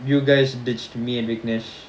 you guys ditched me and ignesh